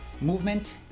movement